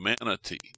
humanity